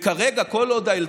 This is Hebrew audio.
כרגע, כל עוד אין